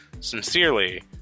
Sincerely